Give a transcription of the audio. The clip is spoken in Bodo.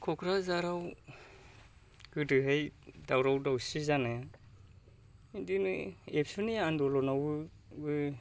कक्राझाराव गोदोहाय दावराव दावसि जानाया बिदिनो एबसुनि आन्दलनावबो